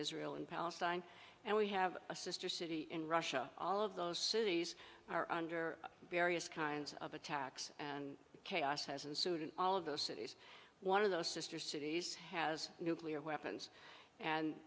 israel and palestine and we have a sister city in russia all of those cities are under various kinds of attacks and chaos has ensued and all of those cities one of those sister cities has nuclear weapons and